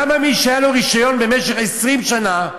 למה מי שהיה לו רישיון במשך 20 שנה,